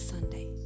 Sunday